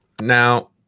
now